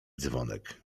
dzwonek